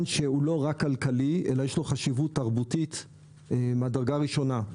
שהוא לא רק כלכלי אלא יש לו חשיבות תרבותית ממדרגה ראשונה.